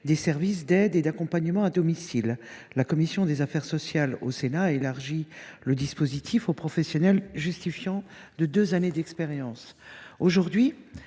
les services d’aide et d’accompagnement à domicile. La commission des affaires sociales du Sénat a élargi le dispositif aux professionnels justifiant de deux années d’expérience. À l’heure